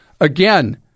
Again